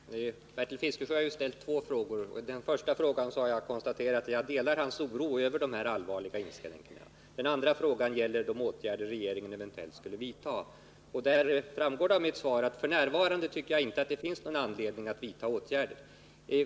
Fru talman! Bertil Fiskesjö har ställt två frågor. Som svar på den första frågan har jag konstaterat att jag delar hans oro över de här allvarliga inskränkningarna. Den andra frågan gäller vilka åtgärder regeringen eventuellt skulle vidta. Det framgår av mitt svar att jag inte tycker att det f. n. finns någon anledning att vidta några åtgärder.